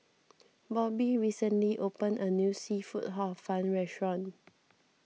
Bobby recently opened a new Seafood Hor Fun restaurant